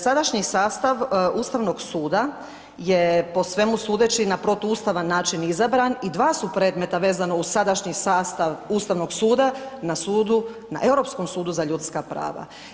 Sadašnji sastav Ustavnog suda je po svemu sudeći na protuustavan način izabran i dva su predmeta vezana uz sadašnji sastav ustavnog suda na sudu, na Europskom sudu za ljudska prava.